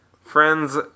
friends